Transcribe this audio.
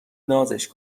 نازش